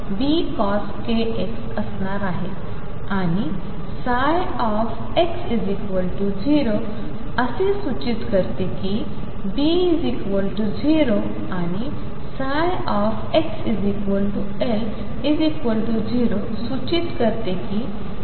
आणि ψ x 0 0 सूचित करते B0 आणि xL0 सूचित करते कि A sin kL